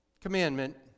commandment